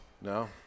No